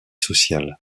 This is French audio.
social